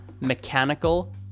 Mechanical